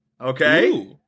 Okay